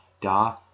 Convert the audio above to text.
Da